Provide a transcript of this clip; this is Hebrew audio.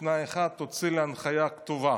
בתנאי אחד: תוציא לי הנחיה כתובה.